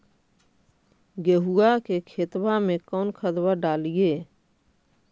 गेहुआ के खेतवा में कौन खदबा डालिए?